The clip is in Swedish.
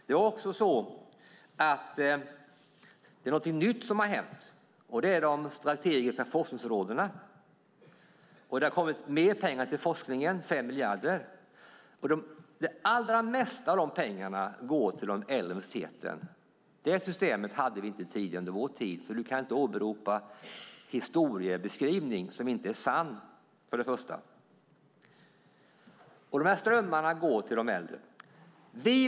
Det är också någonting nytt som har hänt, och det är de strategiska forskningsområdena. Det har också kommit mer pengar till forskningen - 5 miljarder. Det allra mesta av dessa pengar går till de äldre universiteten. Det systemet hade vi inte under vår tid. Jan Björklund kan därför inte åberopa historiebeskrivning som inte är sann. Dessa strömmar går till de äldre universiteten.